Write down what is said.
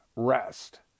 Rest